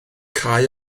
cau